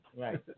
Right